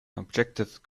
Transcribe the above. objective